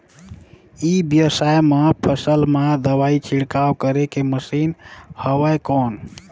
ई व्यवसाय म फसल मा दवाई छिड़काव करे के मशीन हवय कौन?